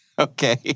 Okay